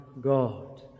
God